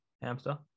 hamster